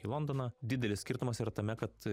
į londoną didelis skirtumas yra tame kad